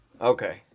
Okay